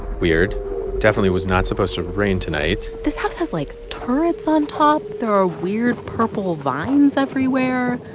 weird definitely was not supposed to rain tonight this house has, like, turrets on top. there are weird, purple vines everywhere.